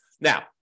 Now